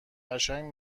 قشنگ